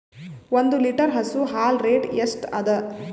ಒಂದ್ ಲೀಟರ್ ಹಸು ಹಾಲ್ ರೇಟ್ ಎಷ್ಟ ಅದ?